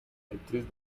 actriz